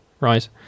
right